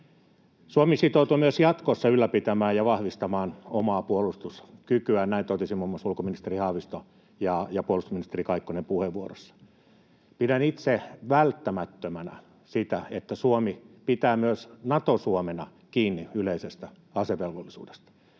Suomi sitoutuu myös jatkossa ylläpitämään ja vahvistamaan omaa puolustuskykyään, näin totesivat muun muassa ulkoministeri Haavisto ja puolustusministeri Kaikkonen puheenvuoroissaan. Pidän itse välttämättömänä sitä, että Suomi pitää myös Nato-Suomena kiinni yleisestä asevelvollisuudesta.